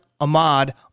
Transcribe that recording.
Ahmad